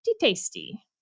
tasty